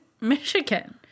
michigan